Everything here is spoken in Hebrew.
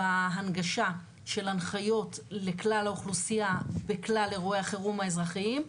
בהנגשה של הנחיות לכלל האוכלוסייה וכלל אירועי החירום האזרחיים.